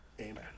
Amen